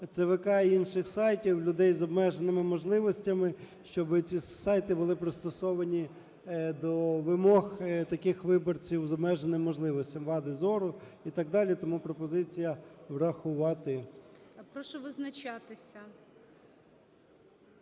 ЦВК і інших сайтів людей з обмеженими можливостями, щоб ці сайти були пристосовані до вимог таких виборців з обмеженими можливостями: вади зору і так далі. Тому пропозиція врахувати. ГОЛОВУЮЧИЙ. Прошу визначатися.